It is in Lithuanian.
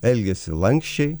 elgiasi lanksčiai